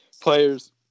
players